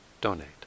donate